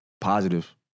positive